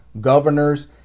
Governors